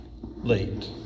late